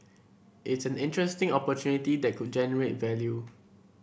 it's an interesting opportunity that could generate value